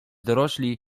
dorośli